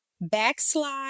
backslide